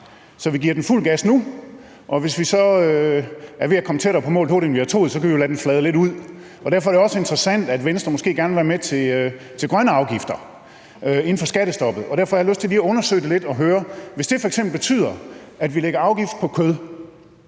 så vi giver den fuld gas nu, og hvis vi så er ved at komme tættere på mål, hurtigere end vi havde troet, kan vi jo lade den flade lidt ud. Derfor er det også interessant, at Venstre måske gerne vil være med til grønne afgifter inden for skattestoppet. Derfor har jeg lyst til lige at undersøge det lidt og høre: Hvis det f.eks. betyder, at vi lægger afgift på kød,